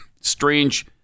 strange